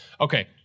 Okay